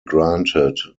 granted